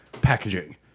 packaging